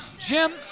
Jim